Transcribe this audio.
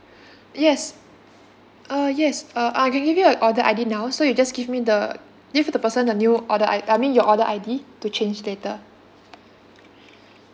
yes uh yes uh I can give you a order I_D now so you just give me the give to the person the new order I I mean your order I_D to change later